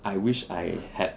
I wish I had